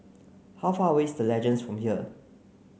how far away is The Legends from here